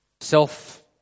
self